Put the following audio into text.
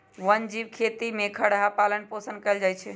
वन जीव खेती में खरहा पालन पोषण कएल जाइ छै